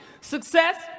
Success